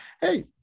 Hey